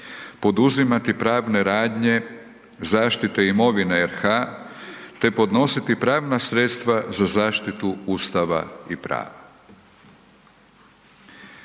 poduzimati pravne radnje zaštite imovine RH te podnositi pravna sredstva za zaštitu Ustava i prava.